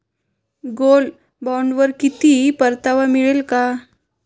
Gold बॉण्डवर किती परतावा मिळतो?